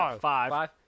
Five